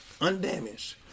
undamaged